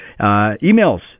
Emails